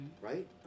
Right